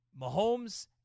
Mahomes